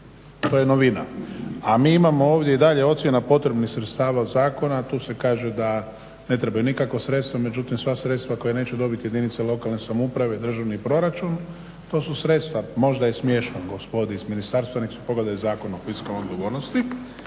To je novina. A mi imamo ovdje i dalje ocjena potrebnih sredstava zakona. Tu se kaže da ne trebaju nikakva sredstva. Međutim, sva sredstva koja neće dobiti jedinice lokalne samouprave, državni proračun to su sredstva možda je smiješno gospodi iz ministarstva, nek' si pogledaju Zakon o fiskalnoj odgovornosti.